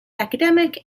academic